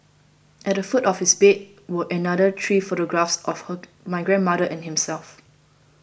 at the foot of his bed were another three photographs of my grandmother and himself